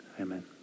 amen